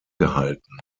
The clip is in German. gehalten